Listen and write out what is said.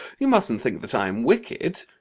you mustn't think that i am wicked.